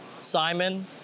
Simon